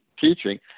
teaching